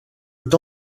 est